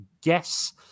guess